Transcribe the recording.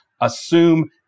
assume